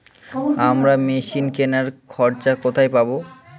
আমরা মেশিন কেনার খরচা কোথায় পাবো?